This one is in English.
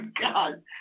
God